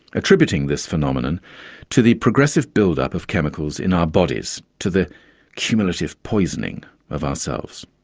attributing this phenomenon to the progressive build-up of chemicals in our bodies, to the cumulative poisoning of ourselves.